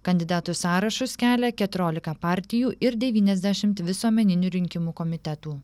kandidatų sąrašus kelia keturiolika partijų ir devyniasdešimt visuomeninių rinkimų komitetų